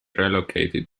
relocated